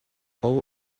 all